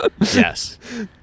Yes